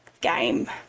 game